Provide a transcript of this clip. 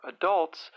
adults